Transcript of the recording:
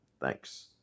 Thanks